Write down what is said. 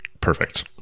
Perfect